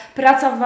praca